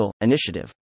initiative